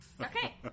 Okay